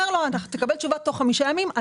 לו שהוא יקבל תשובה תוך חמישה ימים.